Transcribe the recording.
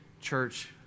church